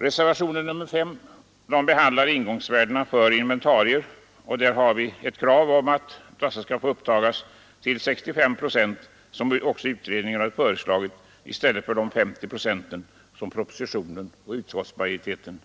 Reservationen 5 behandlar ingångsvärdena för inventarier, och där framför vi ett krav om att dessa skall få upptagas till 65 procent, som också föreslagits av utredningen, i stället för till 50 procent som yrkas i propositionen och av utskottsmajoriteten.